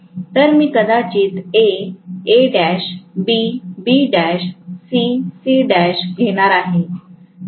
तर मी कदाचित A Al B Bl C Cl घेणार आहे